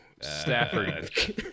Stafford